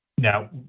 Now